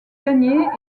gagné